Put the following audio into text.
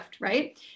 right